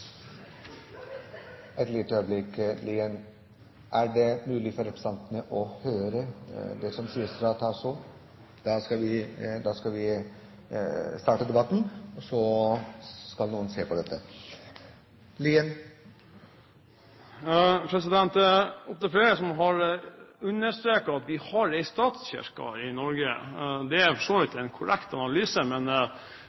Et lite øyeblikk, Lien. – Er det mulig for representantene å høre det som sies fra talerstolen? – Det nikkes. Da fortsetter debatten, og så skal noen se på dette. Det er opptil flere som har understreket at vi har en statskirke i Norge. Det er for så vidt